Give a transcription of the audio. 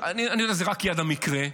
אני יודע שזו רק יד המקרה,